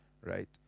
right